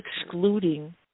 excluding